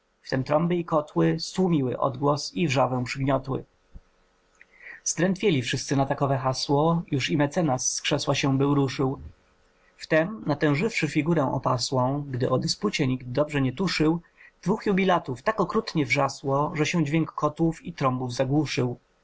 i kotły stłumiły odgłos i wrzawę przygniotły zdrętwieli wszyscy na takowe hasło już i mecenas z krzesła się był ruszył wtem natężywszy figurę opasłą gdy o dyspucie nikt dobrze nie tuszył dwóch jubilatów tak okrutnie wrzasło że się i kotłów i trąb dźwięk zagłuszył